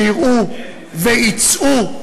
שיראו ויצאו,